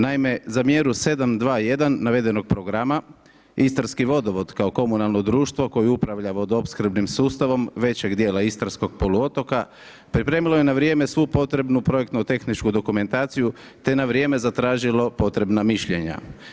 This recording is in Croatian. Naime za mjeru 721 navedenog programa Istarski vodovod kao komunalno društvo koji upravlja vodoopskrbnim sustavom većeg dijela istarskog poluotoka pripremilo je na vrijeme su potrebnu projektno tehničku dokumentaciju te na vrijeme zatražilo potrebna mišljenja.